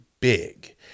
big